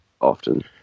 often